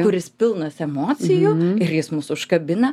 kuris pilnas emocijų ir jis mus užkabina